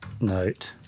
note